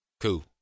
Cool